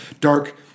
dark